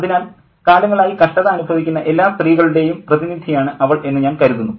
അതിനാൽ കാലങ്ങളായി കഷ്ടത അനുഭവിക്കുന്ന എല്ലാ സ്ത്രീകളുടെയും പ്രതിനിധിയാണ് അവൾ എന്നു ഞാൻ കരുതുന്നു